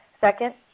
Second